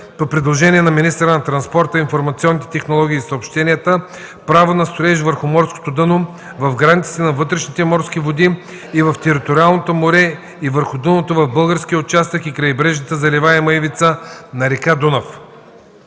по предложение на министъра на транспорта, информационните технологии и съобщенията право на строеж върху морското дъно в границите на вътрешните морски води и в териториалното море и върху дъното в българския участък и крайбрежната заливаема ивица на река Дунав.